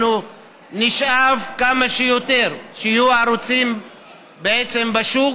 אנחנו נשאף שיהיו כמה שיותר ערוצים בשוק,